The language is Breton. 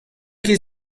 ket